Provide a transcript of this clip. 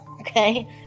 okay